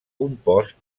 compost